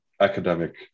academic